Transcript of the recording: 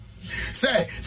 Say